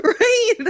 right